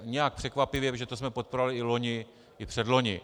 Nijak překvapivě, protože to jsme podporovali i loni i předloni.